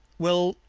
well,